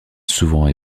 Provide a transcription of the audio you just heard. souvent